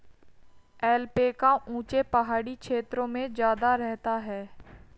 alpaca ऊँचे पहाड़ी क्षेत्रों में ज्यादा रहता है